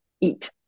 eat